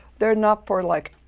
they're not for, like,